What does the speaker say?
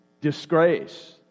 disgrace